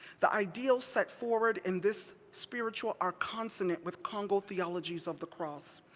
the ideals set forward in this spiritual are consonant with kongo theologies of the cross.